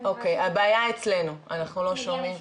הבעיה אצלנו, אנחנו לא שומעים.